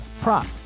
prop